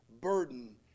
burden